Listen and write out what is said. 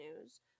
news